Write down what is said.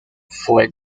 fue